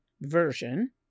version